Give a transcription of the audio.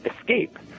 escape